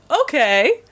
okay